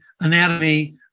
anatomy